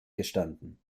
gestanden